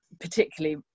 particularly